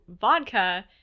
vodka